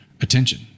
attention